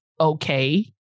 okay